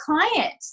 client